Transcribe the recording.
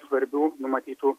svarbių numatytų